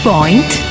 Point